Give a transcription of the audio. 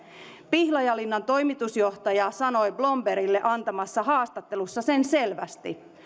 pihlajalinnan toimitusjohtaja sanoi bloombergille antamassaan haastattelussa sen selvästi